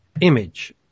image